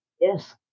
Yes